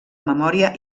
memòria